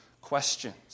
questions